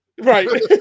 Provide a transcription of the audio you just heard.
right